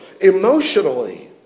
emotionally